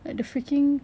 like the freaking